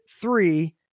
three